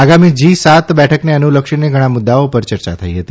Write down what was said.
આગામી જી સાત બેઠકને અનુલક્ષીને ઘણા મુદ્દાઓ પર ચર્ચા થઇ હતી